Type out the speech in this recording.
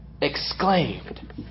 exclaimed